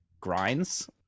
grinds